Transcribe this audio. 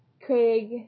Craig